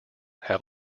have